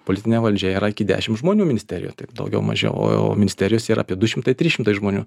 politinė valdžia yra dešim žmonių ministerijoj taip daugiau mažiau o ministerijose yra apie du šimtai trys šimtai žmonių